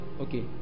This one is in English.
Okay